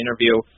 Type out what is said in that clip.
interview